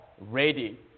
ready